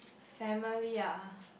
family ah